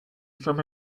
from